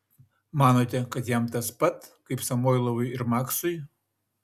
manote kad jam tas pat kaip samoilovui ir maksui